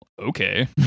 Okay